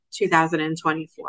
2024